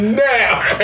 now